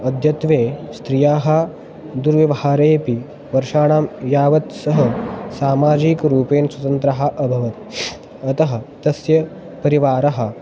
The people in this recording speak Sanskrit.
अद्यत्वे स्त्रियः दुर्व्यवहारेपि वर्षाणां यावत् सह सामाजिकरूपेण स्वतन्त्रः अभवत् अतः तस्य परिवारः